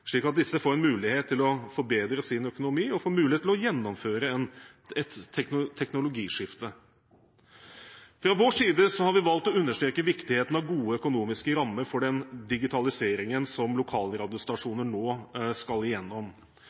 slik at disse får en mulighet til å forbedre sin økonomi og får mulighet til å gjennomføre et teknologiskifte. Fra vår side har vi valgt å understreke viktigheten av gode økonomiske rammer for den digitaliseringen som lokalradiostasjoner nå skal